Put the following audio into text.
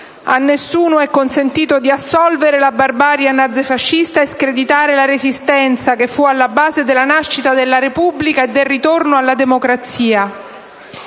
A nessuno è consentito di assolvere la barbarie nazifascista e screditare la Resistenza, che fu alla base della nascita della Repubblica e del ritorno alla democrazia.